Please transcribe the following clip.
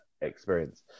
experience